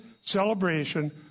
celebration